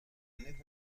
کنید